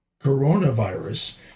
coronavirus